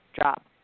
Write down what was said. drop